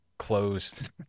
closed